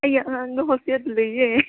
ꯑꯩꯒꯤ ꯑꯉꯥꯡꯗꯣ ꯍꯣꯁꯇꯦꯜꯗ ꯂꯩꯌꯦ